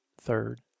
third